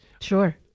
Sure